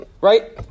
Right